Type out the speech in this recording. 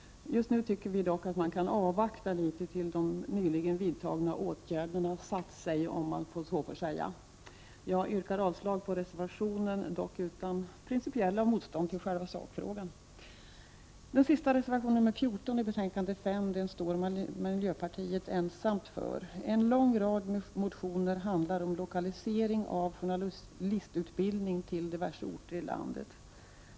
Just nu tycker vi dock att man kan avvakta litet tills de nyligen vidtagna åtgärderna ”satt sig”, om man så får säga. Jag yrkar avslag på reservationen, dock utan principiellt motstånd till själva sakfrågan. Reservationen 14 i betänkande 5 står miljöpartiet ensamt för. En lång rad motioner handlar om lokalisering av journalistutbildning till diverse orter i landet.